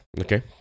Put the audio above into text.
Okay